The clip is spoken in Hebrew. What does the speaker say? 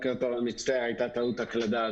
אני מצטער, הייתה טעות הקלדה.